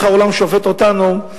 איך העולם שופט אותנו,